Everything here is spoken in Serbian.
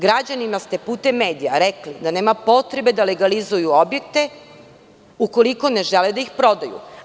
Građanima ste putem medija rekli da nema potrebe da legalizuju objekte ukoliko ne žele da ih prodaju.